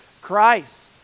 Christ